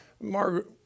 Margaret